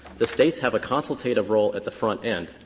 the states have a consultative role at the front end.